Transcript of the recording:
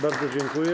Bardzo dziękuję.